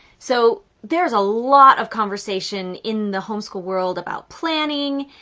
so there's a lot of conversation in the homeschool world about planning,